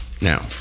now